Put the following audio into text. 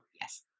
yes